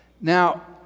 Now